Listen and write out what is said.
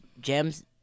gems